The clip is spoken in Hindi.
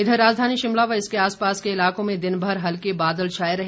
इधर राजधानी शिमला व इसके आसपास के इलाकों में दिनभर हल्के बादल छाए रहे